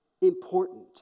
important